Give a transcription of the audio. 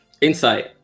Insight